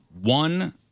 one